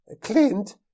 Clint